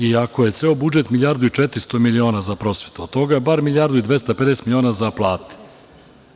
Iako je ceo budžet milijardu i 400 miliona za prosvetu, od toga je bar milijardu i 250 miliona za plate.